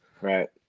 right